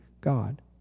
God